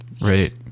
Right